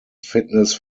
fitness